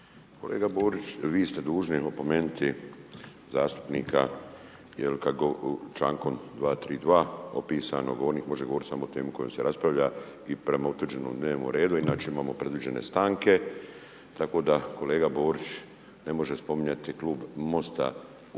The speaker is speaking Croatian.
Kolega Borić, vi ste dužni opomenuti zastupnika člankom 232. opisanog u onom da može govoriti samo o temi koja se raspravlja i prema utvrđenom dnevnom redu inače imamo predviđene stanke, tako da kolega Borić ne može spominjati klub MOST-a u ovoj